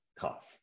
tough